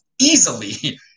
easily